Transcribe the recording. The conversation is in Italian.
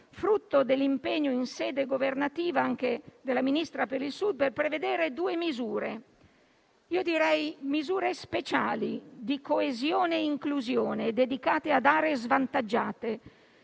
frutto dell'impegno in sede governativa anche della Ministra per prevedere due misure - che definirei speciali - di coesione e inclusione, dedicate ad aree svantaggiate.